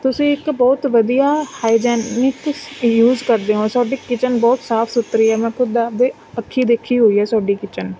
ਤੁਸੀਂ ਇੱਕ ਬਹੁਤ ਵਧੀਆ ਹਾਈਜੈਨਿਕ ਯੂਜ ਕਰਦੇ ਹੋ ਤੁਹਾਡੀ ਕਿਚਨ ਬਹੁਤ ਸਾਫ਼ ਸੁਥਰੀ ਹੈ ਮੈਂ ਖੁਦ ਆਪਣੇ ਅੱਖੀਂ ਦੇਖੀ ਹੋਈ ਹੈ ਤੁਹਾਡੀ ਕਿਚਨ